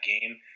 game